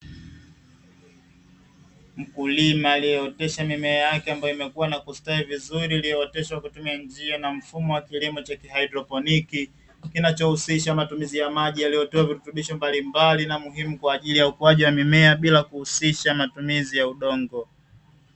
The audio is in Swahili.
Mkulima aliyeotesha mimea yake ambayo imekua na kustawi vizuri iliyooteshwa kutumia njia na mfumo wa kilimo cha kihaidroponi, kinachohusisha matumizi ya maji yaliyotiwa virutubisho mbalimbali na muhimu kwa ajili ya ukuaji wa mimea bila kuhusisha matumizi ya udongo.